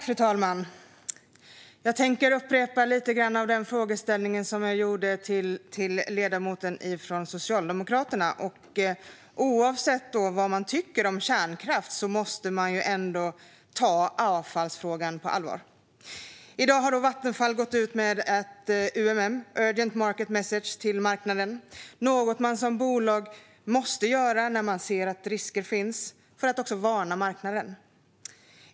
Fru talman! Jag tänker upprepa lite grann av den frågeställning jag riktade till ledamoten från Socialdemokraterna. Oavsett vad man tycker om kärnkraft måste man ändå ta avfallsfrågan på allvar. I dag har Vattenfall gått ut med ett UMM, urgent market message, till marknaden. Det är något man som bolag måste göra för att varna marknaden när man ser att risker finns.